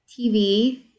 TV